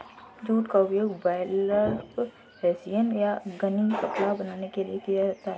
jute का उपयोग burlap hessian या गनी कपड़ा बनाने के लिए किया जाता है